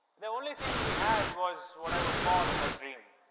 the only thing we had was what i would call a dream.